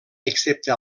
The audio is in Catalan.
excepte